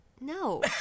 No